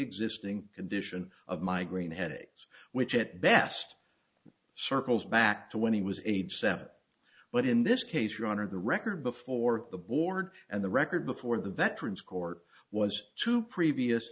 preexisting condition of migraine headaches which at best circles back to when he was age seven but in this case your honor the record before the board and the record before the veterans court was two previous